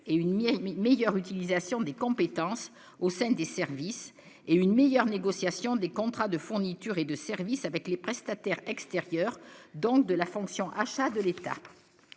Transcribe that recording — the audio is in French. à une meilleure utilisation des compétences au sein des services et une meilleure négociation des contrats de fournitures et de services avec les prestataires extérieurs, donc de la fonction achat de l'État,